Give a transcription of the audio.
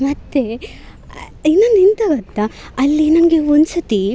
ಮತ್ತು ಇನ್ನೊಂದೆಂಥ ಗೊತ್ತ ಅಲ್ಲಿ ನನಗೆ ಒಂದು ಸತಿ